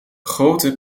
grote